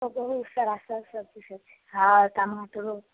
हाँ बहुत सारा सभ सब्जी छै हाँ टमाटरो